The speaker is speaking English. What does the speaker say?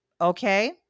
okay